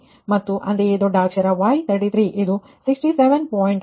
ಮತ್ತು ಅಂತೆಯೇ ದೊಡ್ಡ ಅಕ್ಷರ Y33 ಇದು 67